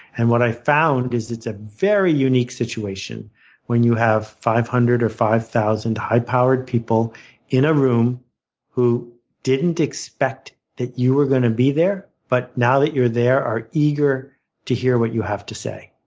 and what i've found is it's a very unique situation when you have five hundred or five thousand high powered people in a room who didn't expect that you were going to be there, but now that you're there are eager to hear what you have to say.